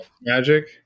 Magic